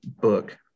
book